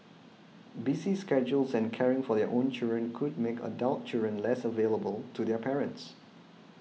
busy schedules and caring for their own children could make a adult children less available to their parents